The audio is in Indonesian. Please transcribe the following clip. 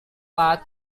pak